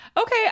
Okay